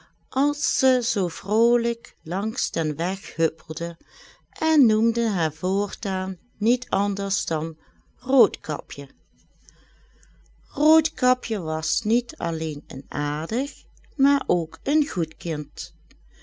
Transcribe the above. als ze zoo vrolijk langs den weg huppelde en noemden haar voortaan niet anders dan roodkapje roodkapje was niet alleen een aardig maar ook een goed kind